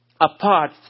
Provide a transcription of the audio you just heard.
apart